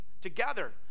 together